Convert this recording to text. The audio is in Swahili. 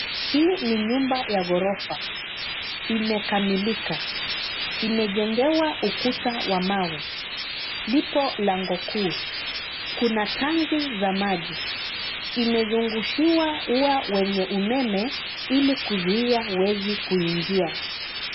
Hii ni nyumba ya ghorofa. Imekamilika. Imejengewa ukuta wa mawe. Lipo lango kuu. Kuna tangi za maji. Imezungushiwa ua wenye umeme ili kuzuia wezi kuingia.